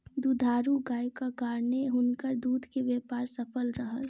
दुधारू गायक कारणेँ हुनकर दूध के व्यापार सफल रहल